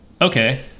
Okay